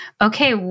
okay